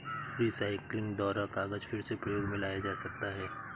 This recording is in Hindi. रीसाइक्लिंग द्वारा कागज फिर से प्रयोग मे लाया जा सकता है